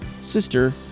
Sister